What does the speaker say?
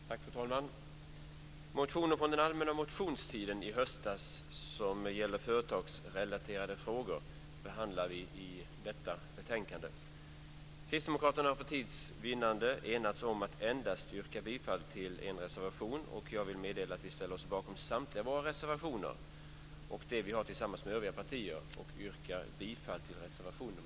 Fru talman! I detta betänkande behandlar vi motioner från den allmänna motionstiden i höstas som gäller företagsrelaterade frågor. Kristdemokraterna har för tids vinnande enats om att yrka bifall till endast en reservation. Jag vill meddela att vi ställer oss bakom samtliga våra reservationer och de vi har tillsammans med övriga partier. Jag yrkar bifall till reservation nr 6.